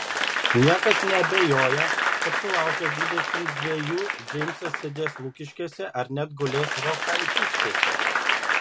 niekas neabejoja kad sulaukęs dvidešimt dvejų džeimsas sėdės lukiškėse ar net gulės rokantiškėse